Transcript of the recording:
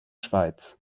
schweiz